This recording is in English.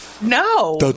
No